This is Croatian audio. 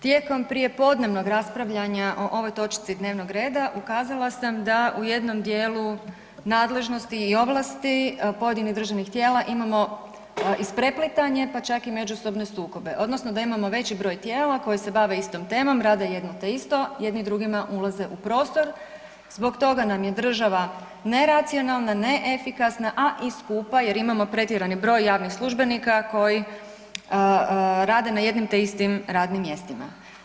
Tijekom prijepodnevnog raspravljanja o ovoj točci dnevnog reda ukazala sam da u jednom dijelu nadležnosti i ovlasti pojedinih državnih tijela imamo ispreplitanje, pa čak i međusobne sukobe odnosno da imamo veći broj tijela koji se bave istom temom, rade jedno te isto, jedni drugima ulaze u prostor zbog toga nam je država neracionalna, neefikasna, a i skupa jer imamo pretjerani broj javnih službenika koji rade na jednim te istim radnim mjestima.